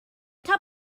top